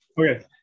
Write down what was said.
Okay